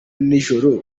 n’ijoro